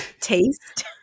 Taste